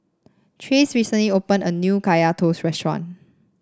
Trace recently opened a new Kaya Toast restaurant